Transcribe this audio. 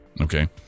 Okay